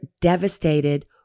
devastated